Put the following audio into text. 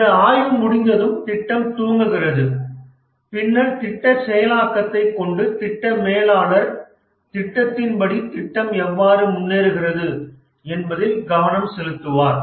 இந்த ஆய்வு முடிந்ததும் திட்டம் துவங்குகிறது பின்னர் திட்ட செயலாக்கத்தை கொண்டு திட்ட மேலாளர் திட்டத்தின் படி திட்டம் எவ்வாறு முன்னேறுகிறது என்பதில் கவனம் செலுத்துவார்